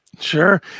sure